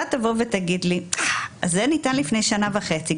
אתה תבוא ותגיד לי: זה ניתן לפני שנה וחצי,